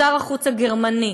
לשר החוץ הגרמני,